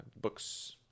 books